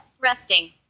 Resting